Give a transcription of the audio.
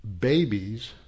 babies